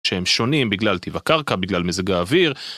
שהם שונים בגלל טיב הקרקע, בגלל מזג האוויר.